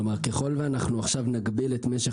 כלומר ככל שאנחנו עכשיו נגביל את משך